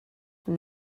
from